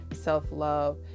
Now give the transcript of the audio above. self-love